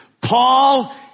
Paul